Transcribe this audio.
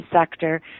sector